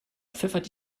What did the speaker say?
pfeffert